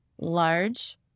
large